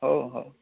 ହଉ ହଉ